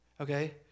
Okay